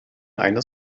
eine